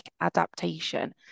adaptation